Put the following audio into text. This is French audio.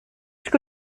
que